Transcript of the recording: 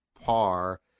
par